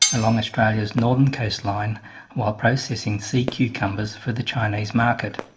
along australia's northern coastline while processing sea-cucumbers for the chinese market.